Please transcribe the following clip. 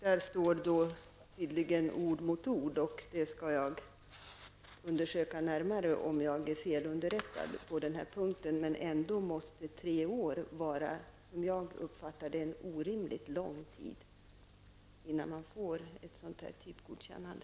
Fru talman! Tydligen står ord mot ord. Jag skall undersöka närmare om jag är felunderrättad på den här punkten. Men tre år måste, enligt min uppfattning, vara en orimligt lång tid för att få ett sådant typgodkännande.